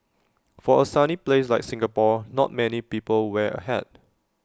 for A sunny place like Singapore not many people wear A hat